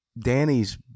Danny's